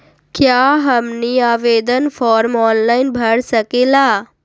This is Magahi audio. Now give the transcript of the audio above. क्या हमनी आवेदन फॉर्म ऑनलाइन भर सकेला?